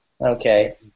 okay